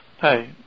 Hi